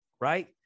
Right